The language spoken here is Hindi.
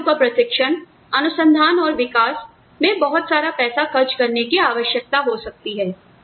कर्मचारियों का प्रशिक्षण अनुसंधान और विकास में बहुत सारा पैसा खर्च करने की आवश्यकता हो सकती है